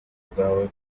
bwawe